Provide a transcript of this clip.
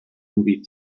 movie